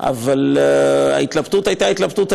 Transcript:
לישראל ביתנו, להתרגש יחד